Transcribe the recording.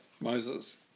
Moses